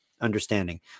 understanding